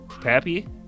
Pappy